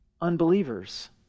unbelievers